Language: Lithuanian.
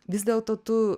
vis dėlto tu